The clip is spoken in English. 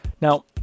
Now